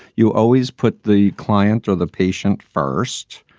you always put the client or the patient first.